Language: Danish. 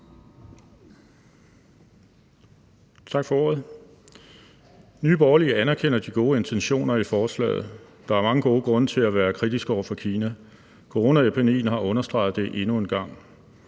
Tak for ordet. Nye Borgerlige anerkender de gode intentioner i forslaget. Der er mange gode grunde til at være kritisk over for Kina; coronaepidemien har understreget det endnu en gang.